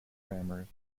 grammars